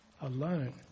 alone